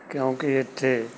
ਕਿਉਂਕਿ ਇੱਥੇ